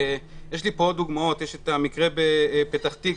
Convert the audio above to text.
יש לי עוד דוגמאות המקרה בפתח תקווה.